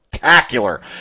Spectacular